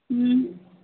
हं